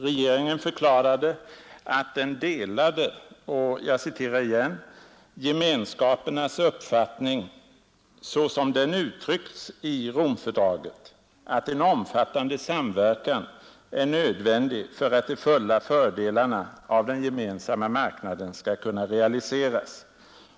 Regeringen förklarade att den delade ”gemenskapernas uppfattning såsom den uttryckts i Romfördraget att en omfattande samverkan är nödvändig för att de fulla fördelarna av den gemensamma marknaden skall kunna realiseras”.